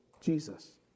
Jesus